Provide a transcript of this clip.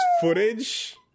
footage